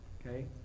okay